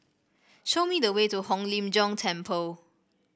show me the way to Hong Lim Jiong Temple